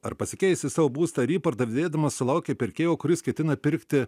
ar pasikeisti savo būstą ir jį pardavinėdamas sulaukė pirkėjo kuris ketina pirkti